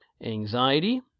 anxiety